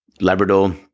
Labrador